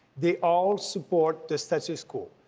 they all support the status quo.